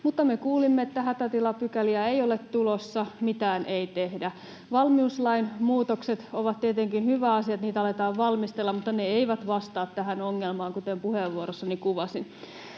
kuulimme, että hätätilapykäliä ei ole tulossa, mitään ei tehdä. Valmiuslain muutokset ovat tietenkin hyvä asia — että niitä aletaan valmistella — mutta ne eivät vastaa tähän ongelmaan, kuten puheenvuorossani kuvasin.